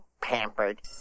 pampered